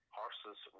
horses